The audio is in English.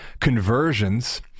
conversions